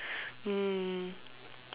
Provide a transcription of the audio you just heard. um